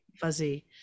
fuzzy